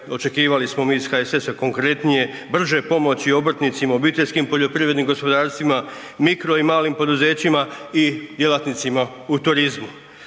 očekivali smo mi iz HSS-a konkretnije, brže pomoći obrtnicima, obiteljskim poljoprivrednim gospodarstvima, mikro i malim poduzećima i djelatnicima u turizmu.